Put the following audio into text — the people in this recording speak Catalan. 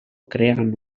creant